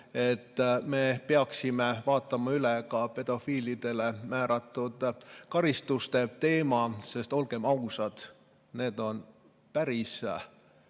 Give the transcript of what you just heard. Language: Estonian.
me peaksime vaatama üle ka pedofiilidele määratud karistuste teema. Sest olgem ausad, need on päris